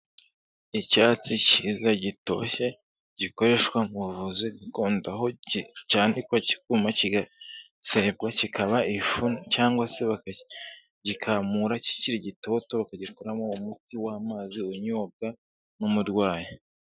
Icyatsi kiza gitoshye, gikoreshwa mu buvuzi gakondo, aho cyanikwa, kikuma, kigaserwa, kikaba ifu cyangwa se bakagikamura kikiri gitoto, bakagikuramo umuti w'amazi unyobwa n'umurwayi.